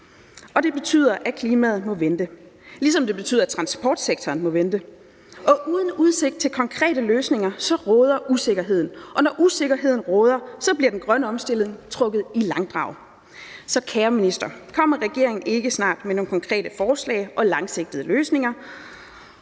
Det betyder, at klimaet må vente; ligesom det betyder, at transportsektoren må vente. Uden udsigt til konkrete løsninger råder usikkerheden. Når usikkerheden råder, bliver den grønne omstilling trukket i langdrag. Kære minister, kommer regeringen ikke snart med nogle konkrete forslag og langsigtede løsninger?